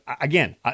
again